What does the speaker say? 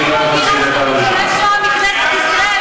חבר הכנסת, אני קורא אותך לסדר פעם ראשונה.